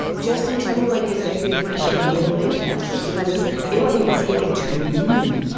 justin timberlake is maybe officially middle-aged now because it was it wasn't even speaking to me,